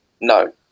No